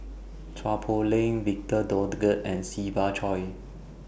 Chua Poh Leng Victor Doggett and Siva Choy